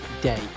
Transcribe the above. day